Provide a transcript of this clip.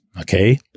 Okay